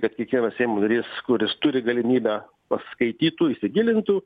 kad kiekvienas seimo narys kuris turi galimybę paskaitytų įsigilintų